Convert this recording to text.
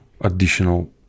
additional